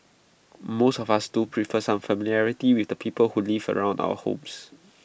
most of us do prefer some familiarity with the people who live around our homes